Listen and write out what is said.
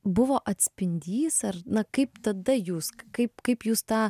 buvo atspindys ar na kaip tada jūs kaip kaip jūs tą